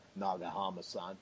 Nagahama-san